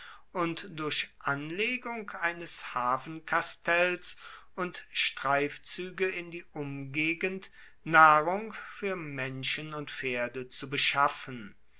und durch anlegung eines hafenkastells und streifzüge in die umgegend nahrung für menschen und pferde zu beschaffen